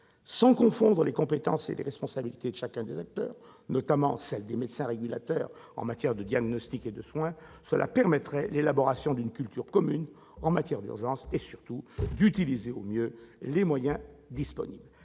Sans confondre les compétences et les responsabilités de chacun des acteurs, notamment celles des médecins régulateurs en matière de diagnostic et de soins, cela permettrait l'élaboration d'une culture commune en matière d'urgence et, surtout, l'utilisation au mieux des moyens disponibles.